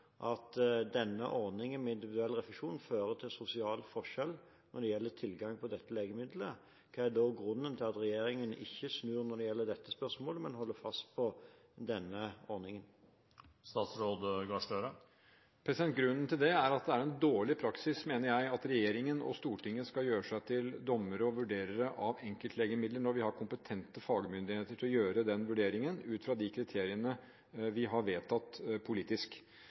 at ordningen med individuell refusjon fører til sosial forskjell når det gjelder tilgang på dette legemiddelet, hva er da grunnen til at regjeringen ikke snur i dette spørsmålet, men holder fast på denne ordningen? Grunnen til det er at det er en dårlig praksis, mener jeg, at regjeringen og Stortinget skal gjøre seg til dommere og vurderere av enkeltlegemidler når vi har kompetente fagmyndigheter til å gjøre den vurderingen ut fra de kriteriene vi har vedtatt politisk.